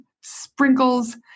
sprinkles